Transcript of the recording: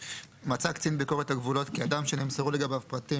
"(3) מצא קצין ביקורת הגבולות כי אדם שנמסרו לגביו פרטים